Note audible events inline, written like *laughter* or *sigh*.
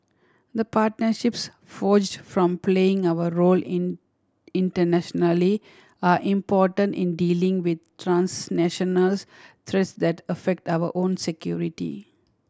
the partnerships forged from playing our role in internationally are important in dealing with transnational *unintelligible* threats that affect our own security